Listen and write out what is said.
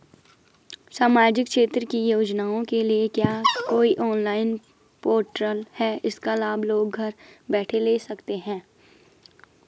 सामाजिक क्षेत्र की योजनाओं के लिए क्या कोई ऑनलाइन पोर्टल है इसका लाभ लोग घर बैठे ले सकते हैं?